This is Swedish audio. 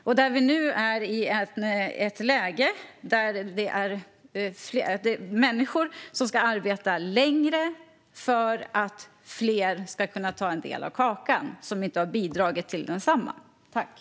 Vi är nu i ett läge där människor ska arbeta längre för att fler som själva inte har bidragit ska kunna få en del av kakan.